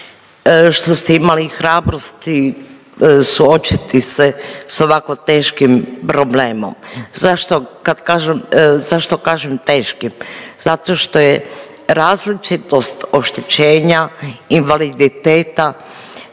što ste imali hrabrosti suočiti se s ovako teškim problemom. Zašto kad kažem zašto kažem teškim? Zato što je različitost oštećenja invaliditeta